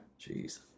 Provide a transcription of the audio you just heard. Jeez